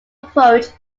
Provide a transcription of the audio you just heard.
approach